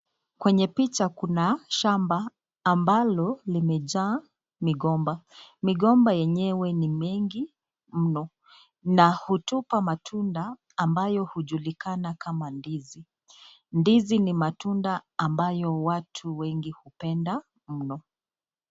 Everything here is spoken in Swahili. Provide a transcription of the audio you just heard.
Kwenye picha kuna shamba ambalo limejaa migomba. Migomba yenyewe ni mengi mno na hutupa matunda ambayo hujulikana kama ndizi. Ndizi ni matunda ambayo watu wengi hupenda mno.